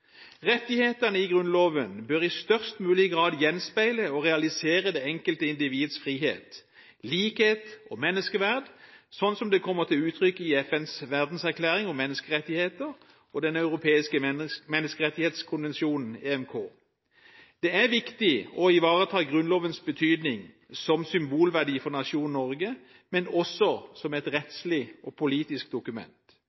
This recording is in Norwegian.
Rettighetene i Grunnloven bør i størst mulig grad gjenspeile og realisere det enkelte individs frihet, likhet og menneskeverd, slik det kommer til uttrykk i FNs verdenserklæring om menneskerettigheter og Den europeiske menneskerettighetskonvensjonen, EMK. Det er viktig å ivareta Grunnlovens betydning som symbolverdi for nasjonen Norge, men også som et